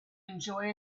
enjoy